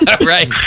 Right